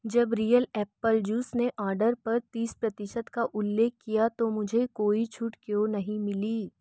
जब real apple juice ने order पर तीस प्रतिशत का उल्लेख किया तो मुझे कोई छूट क्यों नहीं मिली